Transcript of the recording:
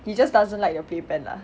he just doesn't like the play pen lah